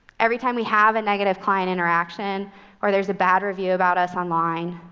every time we have a negative client interaction or there's a bad review about us online,